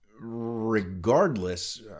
regardless